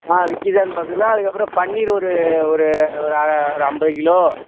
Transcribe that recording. ஆ விற்கிதான்னு பார்த்துக்கலாம் அதுக்கப்புறம் பன்னீரு ஒரு ஒரு ஒரு ஒரு ஐம்பது கிலோ